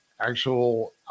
actual